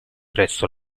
presso